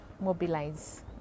mobilize